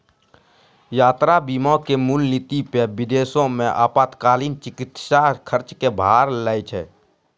यात्रा बीमा के मूल नीति पे विदेशो मे आपातकालीन चिकित्सा खर्च के भार लै छै